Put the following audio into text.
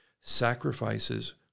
sacrifices